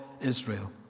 Israel